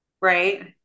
Right